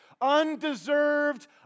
undeserved